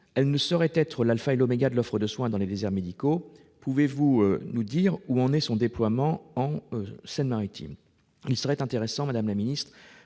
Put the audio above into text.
elle ne saurait être l'alpha et l'oméga de l'offre de soins dans les déserts médicaux. Pouvez-vous nous dire où en est son déploiement en Seine-Maritime ? Il serait intéressant que le